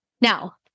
Now